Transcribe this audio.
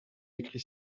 écrit